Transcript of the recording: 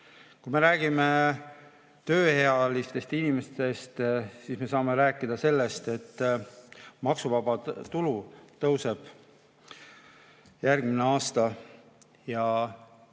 Kui me räägime tööealistest inimestest, siis me saame rääkida sellest, et maksuvaba tulu tõuseb järgmine aasta.